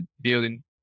building